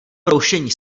broušení